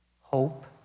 Hope